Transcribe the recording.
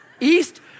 east